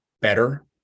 better